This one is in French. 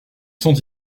sont